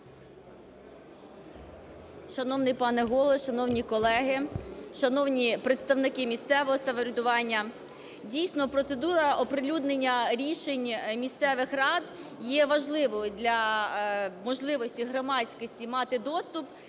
Шановний пане Голово, шановні колеги! Шановні представники місцевого самоврядування! Дійсно, процедура оприлюднення рішень місцевих рад є важливою для можливості громадськості мати доступ